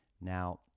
Now